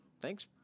Thanks